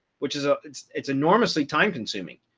which is ah it's it's enormously time consuming.